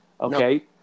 Okay